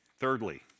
Thirdly